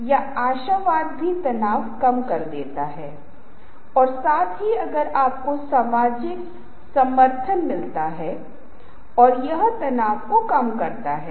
उदाहरण के लिए मेरे मामले में आप पाते हैं कि यद्यपि मेरे विशेषज्ञता के सह क्षेत्रों में से एक दृश्य सौंदर्य दृश्य संचार दृश्य कला है मैं अपनी प्रस्तुति को बहुत सरल बनाता हूं